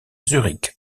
zurich